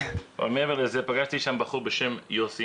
אבל מעבר לכך פגשתי שם בחור בשם יוסי